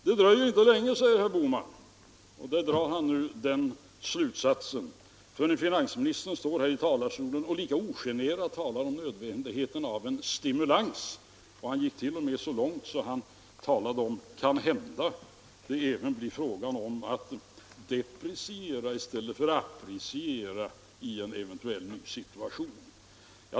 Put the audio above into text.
Det dröjer inte länge, sade herr Bohman, förrän finansministern står här i talarstolen och lika ogenerat talar om nödvändigheten av en stimulans. Herr Bohman gick t.o.m. så långt att han tillade att det måhända även blir fråga om att depreciera i stället för att appreciera i en eventuell ny situation.